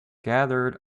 gathered